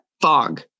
fog